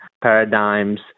paradigms